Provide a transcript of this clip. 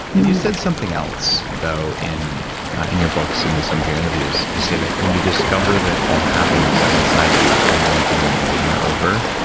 and you said something else though in and your books and in some of your interviews, you said that when you discover that all happiness is inside you, the wanting and needing are over.